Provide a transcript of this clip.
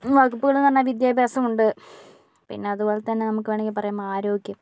വകുപ്പുകളുന്നു പറഞ്ഞാൽ വിദ്യാഭ്യാസമുണ്ട് പിന്നെ അതുപോലെത്തന്നെ നമുക്ക് വേണമെങ്കിൽ പറയാം ആരോഗ്യം